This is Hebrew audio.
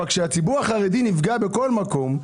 אבל כאשר הציבור החרדי נפגע בכל מקום,